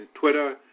Twitter